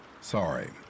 Sorry